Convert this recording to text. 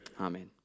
amen